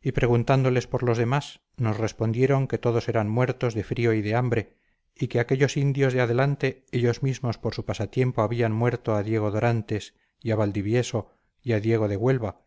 y preguntándoles por los demás nos respondieron que todos eran muertos de frío y de hambre y que aquellos indios de adelante ellos mismos por su pasatiempo habían muerto a diego dorantes y a valdivieso y a diego de huelva